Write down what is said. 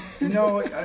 no